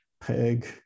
peg